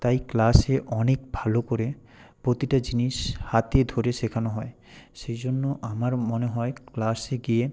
তাই ক্লাসে অনেক ভালো করে প্রতিটা জিনিস হাতে ধরে শেখানো হয় সেই জন্য আমার মনে হয় ক্লাসে গিয়ে